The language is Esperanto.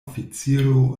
oficiro